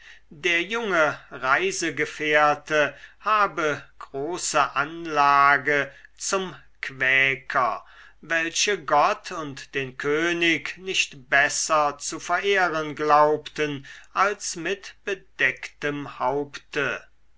der junge reisegefährte habe große anlage zum quäker welche gott und den könig nicht besser zu verehren glaubten als mit bedecktem haupte